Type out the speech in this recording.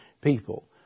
people